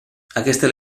aquesta